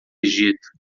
egito